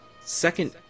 second